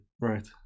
right